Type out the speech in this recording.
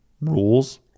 rules